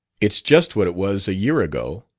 it's just what it was a year ago,